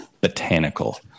botanical